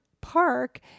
Park